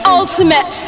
ultimate